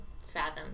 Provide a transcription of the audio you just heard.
fathom